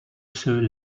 ceux